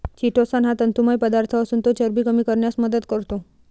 chitosan हा तंतुमय पदार्थ असून तो चरबी कमी करण्यास मदत करतो